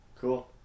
cool